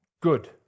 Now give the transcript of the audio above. Good